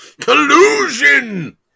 Collusion